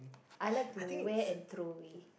I like to wear and throw away